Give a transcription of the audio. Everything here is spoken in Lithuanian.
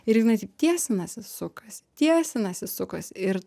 ir jinai taip tiesinasi sukasi tiesinasi sukasi ir